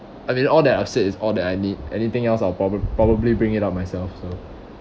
I mean all that I've said is all that I need anything else I'll probab~ probably bring it out myself so